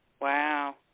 Wow